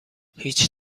هیچ